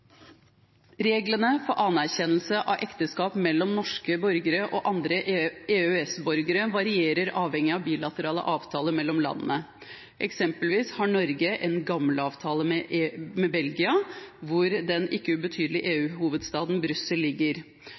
Reglene for anerkjennelse av ekteskap mellom norske borgere og andre EØS-borgere varierer avhengig av bilaterale avtaler mellom landene. Eksempelvis har Norge en gammel avtale med Belgia, hvor den ikke ubetydelige EU-hovedstaden, Brussel, ligger.